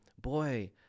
boy